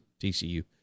TCU